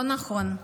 לא נכון,